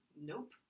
Nope